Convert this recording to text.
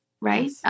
right